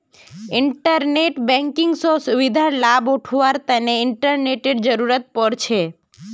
internet banking स सुविधार लाभ उठावार तना इंटरनेटेर जरुरत पोर छे